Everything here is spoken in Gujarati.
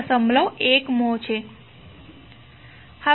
1 મ્હોં છે